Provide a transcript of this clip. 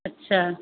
अच्छा